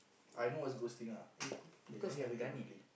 I know what's ghosting ah eh your one never hear properly